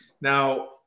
Now